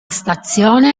stazione